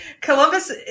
Columbus